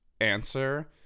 answer